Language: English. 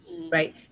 right